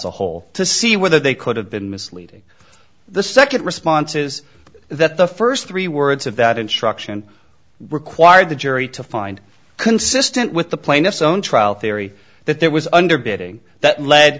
a whole to see whether they could have been misleading the second response is that the first three words of that instruction require the jury to find consistent with the plaintiff's own trial theory that there was underbidding that led